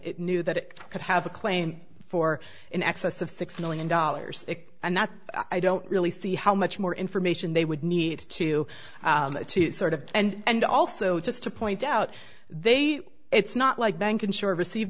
it knew that it could have a claim for in excess of six million dollars and that i don't really see how much more information they would need to sort of and also just to point out they it's not like bank insurer receive